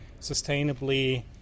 sustainably